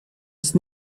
ist